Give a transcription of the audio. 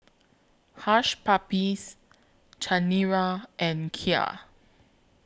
Hush Puppies Chanira and Kia